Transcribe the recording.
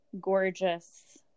gorgeous